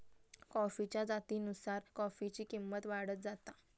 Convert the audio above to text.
कॉफीच्या जातीनुसार कॉफीची किंमत वाढत जाता